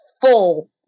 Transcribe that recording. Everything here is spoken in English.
full